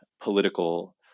political